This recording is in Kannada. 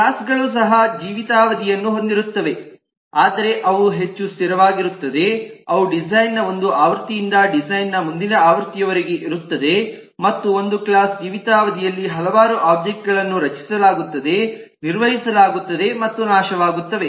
ಕ್ಲಾಸ್ ಗಳು ಸಹ ಜೀವಿತಾವಧಿಯನ್ನು ಹೊಂದಿರುತ್ತವೆ ಆದರೆ ಅವು ಹೆಚ್ಚು ಸ್ಥಿರವಾಗಿರುತ್ತವೆ ಅವು ಡಿಸೈನ್ ನ ಒಂದು ಆವೃತ್ತಿಯಿಂದ ಡಿಸೈನ್ ನ ಮುಂದಿನ ಆವೃತ್ತಿಯವರೆಗೆ ಇರುತ್ತದೆ ಮತ್ತು ಒಂದು ಕ್ಲಾಸ್ ಜೀವಿತಾವಧಿಯಲ್ಲಿ ಹಲವಾರು ಒಬ್ಜೆಕ್ಟ್ ಗಳನ್ನು ರಚಿಸಲಾಗುತ್ತದೆ ನಿರ್ವಹಿಸಲಾಗುತ್ತದೆ ಮತ್ತು ನಾಶವಾಗತ್ತವೆ